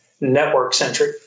network-centric